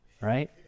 right